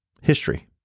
history